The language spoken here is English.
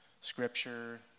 scripture